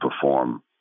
perform